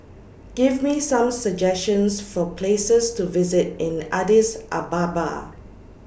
Give Me Some suggestions For Places to visit in Addis Ababa